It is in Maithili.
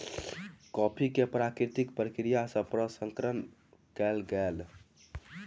कॉफ़ी के प्राकृतिक प्रक्रिया सँ प्रसंस्करण कयल गेल